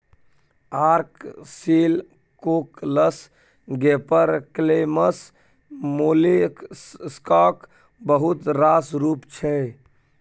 ark shell, cockles, gaper clams मोलेस्काक बहुत रास रुप छै